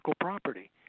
property